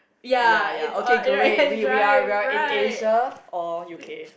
ya ya okay great we we are we're in Asia or U_K